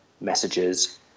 messages